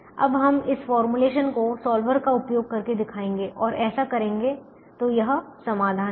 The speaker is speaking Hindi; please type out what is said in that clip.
अब हम इस फॉर्मूलेशन को सॉल्वर का उपयोग करके दिखाएंगे और ऐसा करेंगे तो यह समाधान है